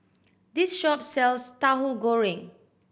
this shop sells Tauhu Goreng